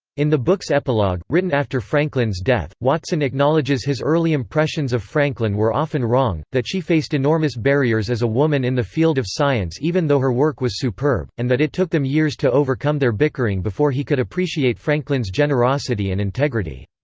in the book's epilogue, written after franklin's death, watson acknowledges his early impressions of franklin were often wrong, that she faced enormous barriers as a woman in the field of science even though her work was superb, and that it took them years to overcome their bickering before he could appreciate franklin's generosity and integrity.